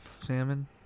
Salmon